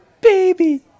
baby